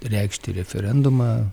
reikšti referendumą